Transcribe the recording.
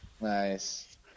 nice